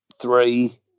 three